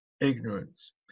ignorance